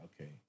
Okay